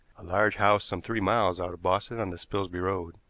a large house some three miles out of boston on the spilsby road.